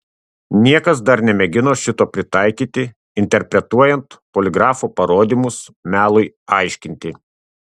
niekas dar nemėgino šito pritaikyti interpretuojant poligrafo parodymus melui aiškinti